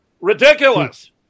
ridiculous